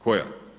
Koja?